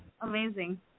Amazing